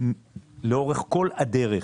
לאורך כל הדרך.